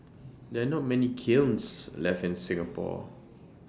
there are not many kilns left in Singapore